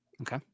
Okay